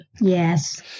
yes